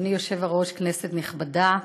אדוני היושב-ראש, כנסת נכבדה,